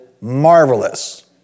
marvelous